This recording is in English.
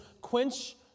Quench